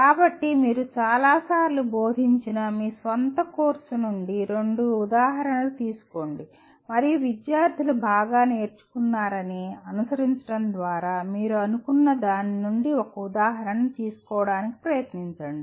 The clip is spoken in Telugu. కాబట్టి మీరు చాలాసార్లు బోధించిన మీ స్వంత కోర్సు నుండి రెండు ఉదాహరణలు తీసుకోండి మరియు విద్యార్థులు బాగా నేర్చుకున్నారని అనుసరించడం ద్వారా మీరు అనుకున్న దాని నుండి ఒక ఉదాహరణ తీసుకోవడానికి ప్రయత్నించండి